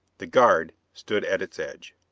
the guard stood at its edge.